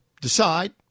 decide